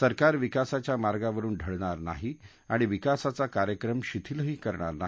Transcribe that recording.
सरकार विकासाच्या मार्गावरुन ढळणार नाही आणि विकासाचा कार्यक्रम शिथिलही करणार नाही